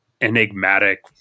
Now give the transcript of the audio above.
enigmatic